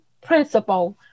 principle